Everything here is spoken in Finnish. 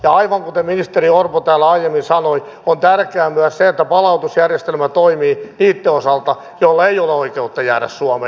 ja aivan kuten ministeri orpo täällä aiemmin sanoi on tärkeää myös se että palautusjärjestelmä toimii niitten osalta joilla ei ole oikeutta jäädä suomeen